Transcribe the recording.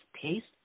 taste